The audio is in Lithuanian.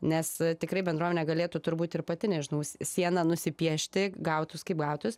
nes tikrai bendruomenė galėtų turbūt ir pati nežinau sieną nusipiešti gautūs kaip gautūs